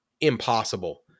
impossible